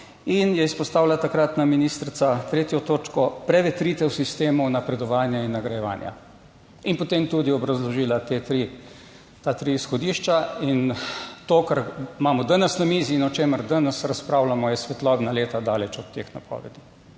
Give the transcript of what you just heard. In je izpostavila takratna ministrica 3. točko prevetritev sistemov napredovanja in nagrajevanja. In potem tudi obrazložila ta tri izhodišča in to, kar imamo danes na mizi in o čemer danes razpravljamo, je svetlobna leta daleč od teh napovedi.